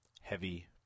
Heavy